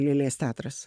lėlės teatras